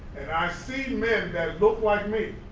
i see men that look like me